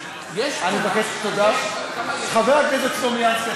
אותה חלקת אדמה שתתפנה בירושלים בבוא